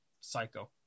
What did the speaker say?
psycho